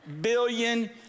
billion